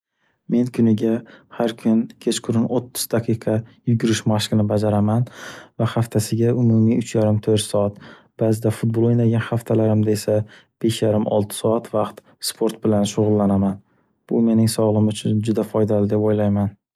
Men kuniga har kun kech-qurun o'ttiz daqiqa yugurish mashqini bajaraman va haftasiga umumiy uch yarim to'rt soat, baʼzida futbol o'ynagan haftalarimda esa besh yarim olti soat vaqt sport bilan shugʻullanaman. Bu mening sogʻligʻim uchun juda foydali deb o'ylayman.